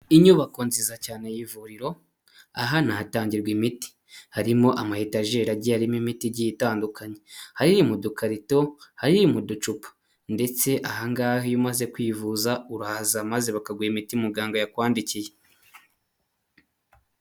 Inyubako nziza cyane y'ivuriro, aha ni ahatangirwa imiti, harimo amayetajeri agiye arimo imiti igiye itandukanye, hari iri mu dukarito, hari iri mu uducupa ndetse ahangaha iyo umaze kwivuza urahaza maze bakaguha imiti muganga yakwandikiye.